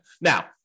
Now